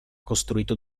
costruito